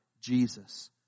Jesus